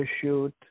shoot